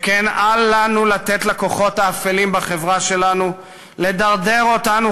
שכן אל לנו לתת לכוחות האפלים בחברה שלנו לדרדר אותנו,